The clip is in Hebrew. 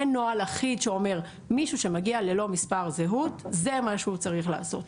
אין נוהל אחיד שאומר מישהו שמגיע ללא מספר זהות זה מה שהוא צריך לעשות.